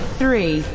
three